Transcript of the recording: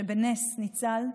שניצל בנס.